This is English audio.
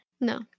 No